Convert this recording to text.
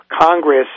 Congress